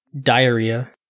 diarrhea